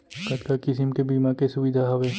कतका किसिम के बीमा के सुविधा हावे?